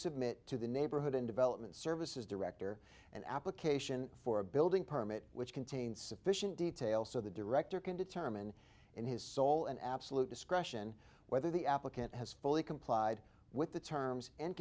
submit to the neighborhood and development services director an application for a building permit which contains sufficient detail so the director can determine in his sole and absolute discretion whether the applicant has fully complied with the terms and